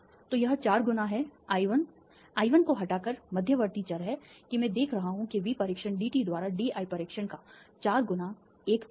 तो यह चार गुना है I 1 I 1 को हटाकर मध्यवर्ती चर है कि मैं देख रहा हूँ कि V परीक्षण dt द्वारा dI परीक्षण का चार गुना l गुना है